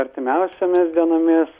artimiausiomis dienomis